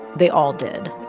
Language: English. they all did.